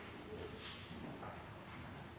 Det er